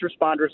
responders